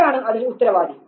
ആരാണ് അതിന് ഉത്തരവാദി